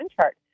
chart